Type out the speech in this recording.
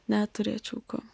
neturėčiau ko